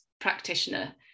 practitioner